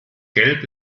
gelb